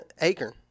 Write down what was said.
Acorn